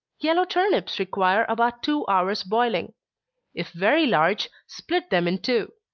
yellow turnips require about two hours boiling if very large, split them in two.